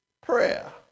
Prayer